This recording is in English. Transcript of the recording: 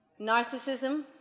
narcissism